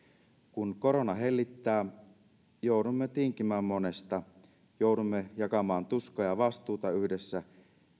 kun korona hellittää joudumme tinkimään monesta joudumme jakamaan tuskaa ja vastuuta yhdessä